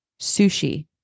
sushi